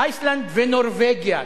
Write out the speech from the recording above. איסלנד ונורבגיה.